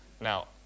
Now